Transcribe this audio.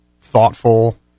thoughtful